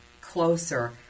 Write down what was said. closer